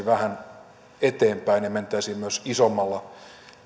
vähän eteenpäin menisimme myös isommalla